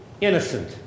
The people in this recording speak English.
innocent